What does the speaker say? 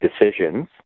decisions